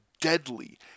deadly